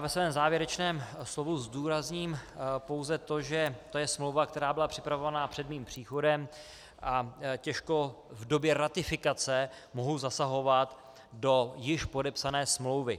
Ve svém závěrečném slovu zdůrazním pouze to, že je to smlouva, která byla připravovaná před mým příchodem, a těžko v době ratifikace mohu zasahovat do již podepsané smlouvy.